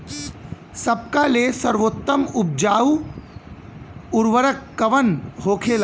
सबका ले सर्वोत्तम उपजाऊ उर्वरक कवन होखेला?